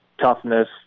toughness